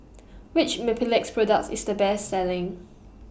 Which Mepilex products IS The Best Selling